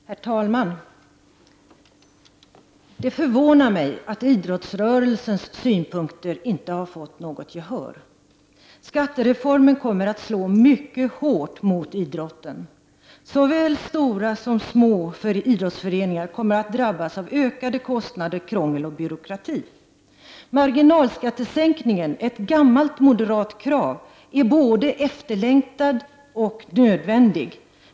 Herr talman! Det förvånar mig att idrottsrörelsens synpunkter inte har fått något gehör. Skattereformen kommer att slå mycket hårt mot idrotten. Såväl stora som små idrottsföreningar kommer att drabbas av ökade kostnader, krångel och byråkrati. Marginalskattesänkningen, ett gammalt moderat krav är både efterlängtad och nödvändig.